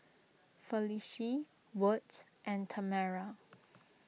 Felicie Wirt and Tamera